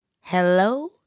hello